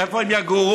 איפה הם יגורו?